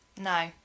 No